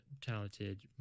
talented